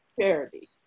charity